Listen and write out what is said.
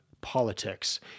politics